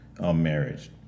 marriage